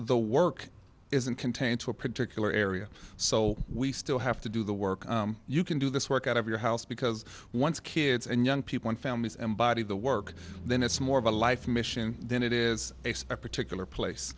the work isn't contained to a particular area so we still have to do the work you can do this work out of your house because once kids and young people and families embodies the work then it's more of a life mission than it is a spare particular place